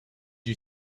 you